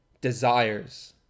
desires